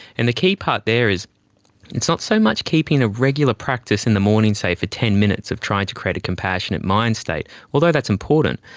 and the key part there is it's not so much keeping a regular practice in the morning, say, for ten minutes of trying to create a compassionate mind state. although that's important,